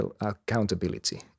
accountability